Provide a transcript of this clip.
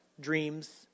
dreams